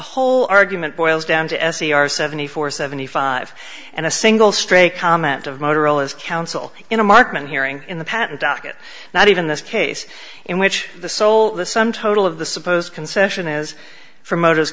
whole argument boils down to s c r seventy four seventy five and a single stray comment of motorola's counsel in a marksman hearing in the patent docket not even this case in which the soul the sum total of the supposed concession is for motives